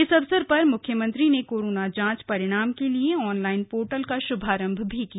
इस अवसर पर म्ख्यमंत्री ने कोरोना जांच परिणाम के लिए ऑनलाइन पोर्टल का श्भारम्भ भी किया